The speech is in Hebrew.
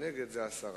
ונגד זה הסרה.